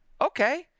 Okay